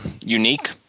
unique